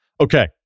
Okay